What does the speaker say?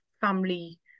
family